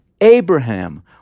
Abraham